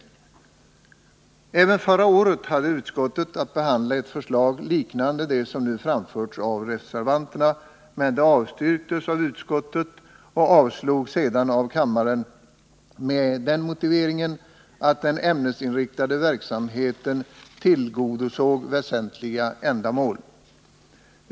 Även förra året hade utskottet att behandla ett förslag liknande det som nu framförts av reservanterna, men det avstyrktes av utskottet och avslogs sedan av kammaren med motiveringen att den ämnesinriktade verksamheten tillgodosåg väsentliga ändamål.